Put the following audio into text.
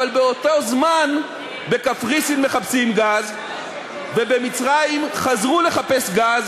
באותו זמן בקפריסין מחפשים גז ובמצרים חזרו לחפש גז,